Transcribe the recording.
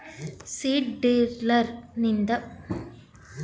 seed driller ಇಂದ ಬಹಳ ಬೇಗನೆ ಮತ್ತು ಕಡಿಮೆ ಸಮಯದಲ್ಲಿ ಬಿತ್ತನೆ ಬೀಜಗಳನ್ನು ನಾಟಿ ಮಾಡಬೋದು